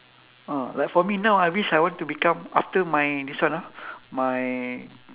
ah like for me now I wish I want to become after my this one ah my